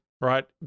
Right